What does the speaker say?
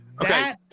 Okay